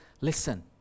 listen